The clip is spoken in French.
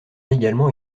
également